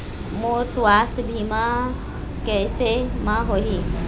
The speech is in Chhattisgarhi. मोर सुवास्थ बीमा कैसे म होही?